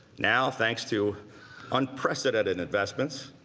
now, thanks to unprecedented investments,